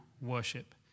worship